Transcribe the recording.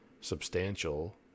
Substantial